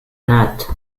nat